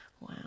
Wow